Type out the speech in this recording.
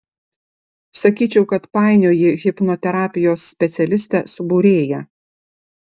sakyčiau kad painioji hipnoterapijos specialistę su būrėja